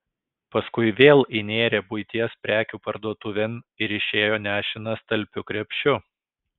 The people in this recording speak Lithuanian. paskui vėl įnėrė buities prekių parduotuvėn ir išėjo nešinas talpiu krepšiu